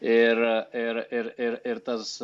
ir ir ir ir ir tas